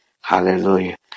Hallelujah